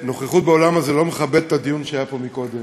חברת הכנסת יעל כהן-פארן,